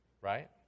right